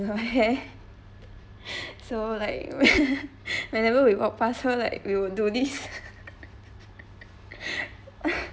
her hair so like whenever we walk past her like we will do this